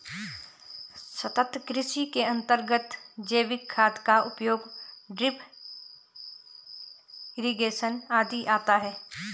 सतत् कृषि के अंतर्गत जैविक खाद का उपयोग, ड्रिप इरिगेशन आदि आता है